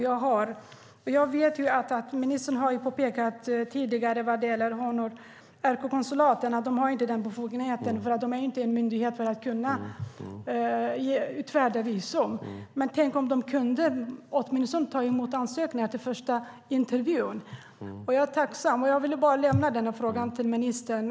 Jag vet att ministern tidigare har påpekat att honorärkonsulaten inte har befogenheten att utfärda visum eftersom de inte är myndigheter. Men skulle de åtminstone inte kunna ta emot ansökningar till den första intervjun? Jag vill lämna den frågan till ministern.